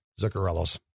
Zuccarello's